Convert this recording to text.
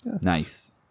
Nice